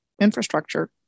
infrastructure